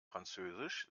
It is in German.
französisch